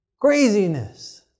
Craziness